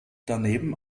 daneben